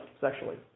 sexually